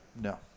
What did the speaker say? No